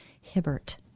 Hibbert